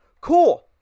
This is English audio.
Cool